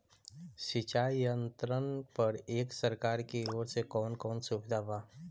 सिंचाई यंत्रन पर एक सरकार की ओर से कवन कवन सुविधा बा?